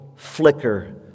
flicker